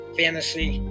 fantasy